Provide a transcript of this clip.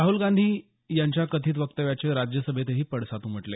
राहल गांधी यांच्या कथित वक्तव्याचे राज्यसभेतही पडसाद उमटले